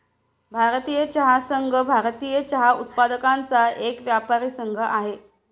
भारतीय चहा संघ, भारतीय चहा उत्पादकांचा एक व्यापारी संघ आहे